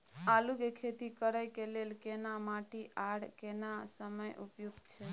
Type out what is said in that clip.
आलू के खेती करय के लेल केना माटी आर केना समय उपयुक्त छैय?